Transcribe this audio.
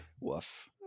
woof